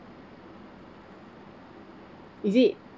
is it